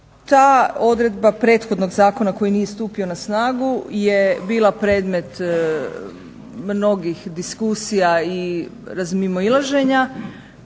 Ta odredba prethodnog zakona koji nije stupio na snagu je bila predmet mnogih diskusija i razmimoilaženja,